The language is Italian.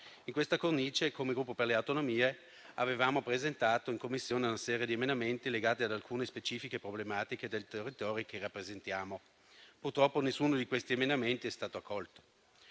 In questa cornice, come Gruppo Per le Autonomie, avevamo presentato in Commissione una serie di emendamenti legati ad alcune specifiche problematiche del territorio che rappresentiamo. Purtroppo nessuno di questi emendamenti è stato accolto.